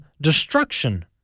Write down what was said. destruction